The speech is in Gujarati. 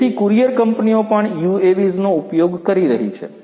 તેથી કુરિયર કંપનીઓ પણ UAVs નો ઉપયોગ કરી રહી છે